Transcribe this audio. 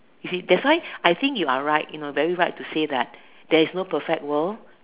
you see that's why I think you are right you know very right to say that is no perfect world